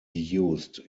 used